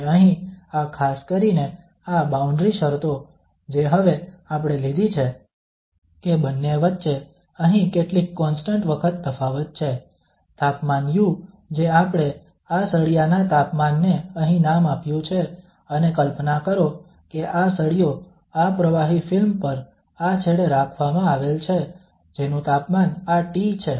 અને અહીં આ ખાસ કરીને આ બાઉન્ડ્રી શરતો જે હવે આપણે લીધી છે કે બંને વચ્ચે અહીં કેટલીક કોન્સ્ટંટ વખત તફાવત છે તાપમાન u જે આપણે આ સળિયાના તાપમાનને અહીં નામ આપ્યું છે અને કલ્પના કરો કે આ સળિયો આ પ્રવાહી ફિલ્મ પર આ છેડે રાખવામાં આવેલ છે જેનું તાપમાન આ T છે